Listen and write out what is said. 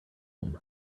home